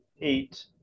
eight